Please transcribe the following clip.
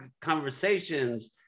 conversations